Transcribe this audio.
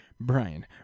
Brian